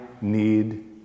need